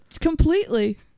completely